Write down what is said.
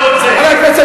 אז מה אתה רוצה?